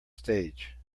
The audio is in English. stage